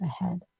ahead